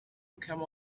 come